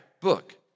book